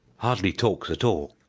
hardly talks at all.